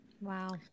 Wow